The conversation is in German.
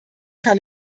kann